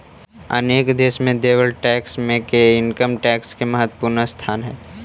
अनेक देश में देवल टैक्स मे के इनकम टैक्स के महत्वपूर्ण स्थान रहऽ हई